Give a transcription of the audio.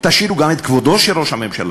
תשאירו גם את כבודו של ראש הממשלה.